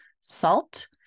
salt